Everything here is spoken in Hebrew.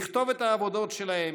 לכתוב את העבודות שלהם,